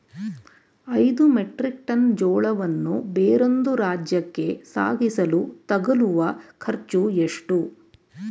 ಐದು metric ton ಜೋಳವನ್ನು ಬೇರೊಂದು ರಾಜ್ಯಕ್ಕೆ ಸಾಗಿಸಲು ತಗಲುವ ಖರ್ಚು ಎಷ್ಟು?